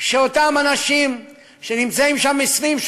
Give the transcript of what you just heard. שאותם אנשים שנמצאים שם 20,